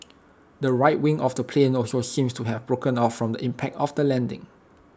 the right wing of the plane also seemed to have broken off from the impact of the landing